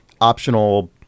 optional